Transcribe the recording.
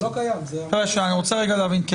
אני רוצה רגע להבין.